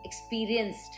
experienced